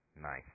Nice